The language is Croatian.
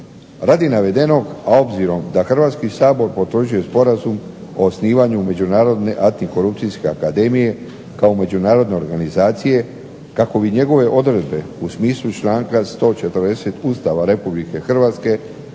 Radi navedenog, a obzirom da Hrvatski sabor potvrđuje Sporazum o osnivanju Međunarodne antikorupcijske akademije kao međunarodne organizacije kako bi njegove odredbe u smislu članka 140. Ustava RH postale